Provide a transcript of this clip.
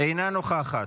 אינה נוכחת,